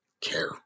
care